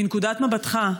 מנקודת מבטך,